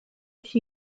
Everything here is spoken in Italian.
uscì